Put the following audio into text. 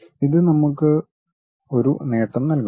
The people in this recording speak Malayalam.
ഇത് നമ്മൾക്ക് ഒരു നേട്ടം നൽകുന്നു